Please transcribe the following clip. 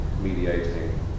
mediating